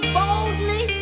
boldly